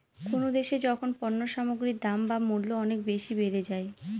কোনো দেশে যখন পণ্য সামগ্রীর দাম বা মূল্য অনেক বেশি বেড়ে যায়